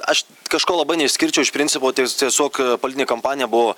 aš kažko labai neišskirčiau iš principo ties tiesiog politinė kampanija buvo